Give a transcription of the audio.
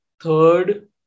third